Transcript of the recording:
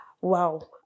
wow